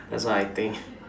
that's what I think